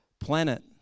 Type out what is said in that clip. planet